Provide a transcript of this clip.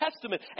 Testament